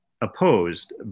opposed